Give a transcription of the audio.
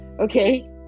Okay